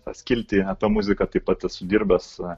tą skiltį apie muziką taip pat esu dirbęs